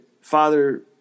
father